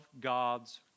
god's